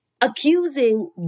Accusing